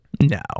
no